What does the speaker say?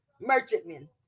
merchantmen